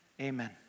Amen